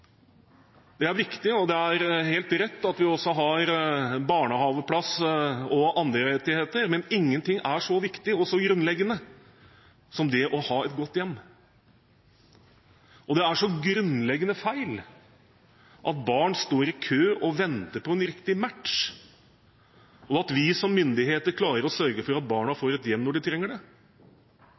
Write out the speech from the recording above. Det er viktig, og det er helt rett, at vi også har barnehageplass og andre rettigheter, men ingenting er så viktig og så grunnleggende som det å ha et godt hjem. Og det er så grunnleggende feil at barn står i kø og venter på en riktig match – vi som myndigheter må klare å sørge for at barna får et hjem når de trenger det.